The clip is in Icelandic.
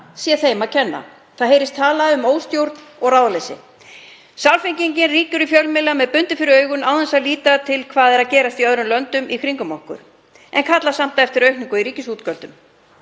stjórnvöldum að kenna. Það heyrist talað um óstjórn og ráðaleysi. Samfylkingin rýkur í fjölmiðla með bundið fyrir augun án þess að líta til þess sem er að gerast í löndunum í kringum okkur, en kallar samt eftir aukningu í ríkisútgjöldum.